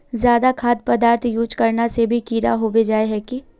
ज्यादा खाद पदार्थ यूज करना से भी कीड़ा होबे जाए है की?